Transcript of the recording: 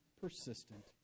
persistent